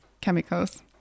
chemicals